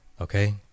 Okay